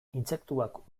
intsektuak